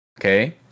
Okay